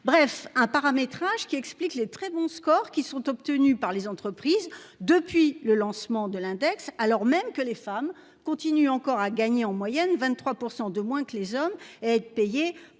bref un paramétrage qui explique les très bons scores qui sont obtenus par les entreprises depuis le lancement de l'index, alors même que les femmes continuent encore à gagné en moyenne 23% de moins que les hommes et être payé près de 17% de